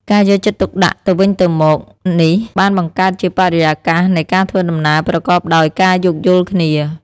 ការយកចិត្តទុកដាក់ទៅវិញទៅមកនេះបានបង្កើតជាបរិយាកាសនៃការធ្វើដំណើរប្រកបដោយការយោគយល់គ្នា។